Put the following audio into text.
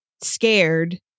scared